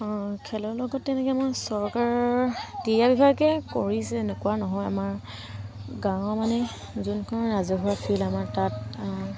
খেলৰ লগত তেনেকৈ আমাৰ চৰকাৰৰ ক্ৰীয়া বিভাগে কৰিছে নকৰা নহয় আমাৰ গাঁৱৰ মানে যোনখন ৰাজহুৱা ফিল্ড আমাৰ তাত